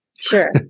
Sure